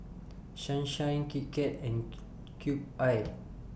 Sunshine Kit Kat and Cube I